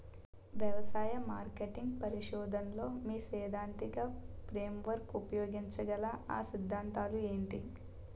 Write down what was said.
వ్యవసాయ మార్కెటింగ్ పరిశోధనలో మీ సైదాంతిక ఫ్రేమ్వర్క్ ఉపయోగించగల అ సిద్ధాంతాలు ఏంటి?